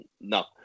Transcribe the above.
No